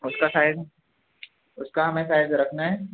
اس کا سائز اس کا ہمیں سائز رکھنا ہے